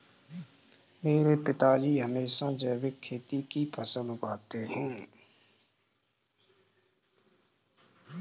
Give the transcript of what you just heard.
मेरे पिताजी हमेशा जैविक खेती की फसलें उगाते हैं